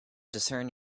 discern